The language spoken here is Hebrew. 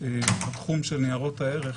בתחום של ניירות הערך,